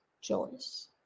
choice